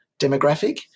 demographic